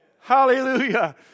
Hallelujah